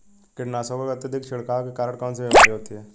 कीटनाशकों के अत्यधिक छिड़काव के कारण कौन सी बीमारी होती है?